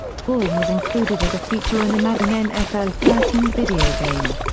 tebowing was included as a feature in the madden nfl thirteen video game.